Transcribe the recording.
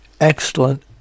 excellent